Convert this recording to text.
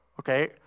Okay